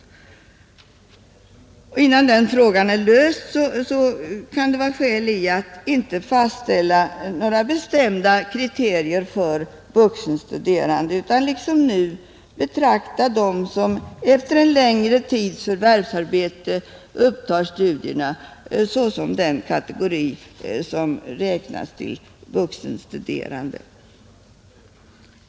Innan den frågan är löst kan det vara skäl att inte fastställa några bestämda kriterier för vuxenstuderande utan liksom nu betrakta dem som efter en längre tids förvärvsarbete upptar studierna såsom vuxenstuderande.